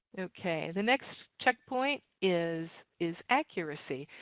ok the next check point is is accuracy.